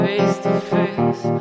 face-to-face